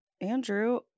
Andrew